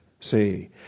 See